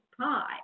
pie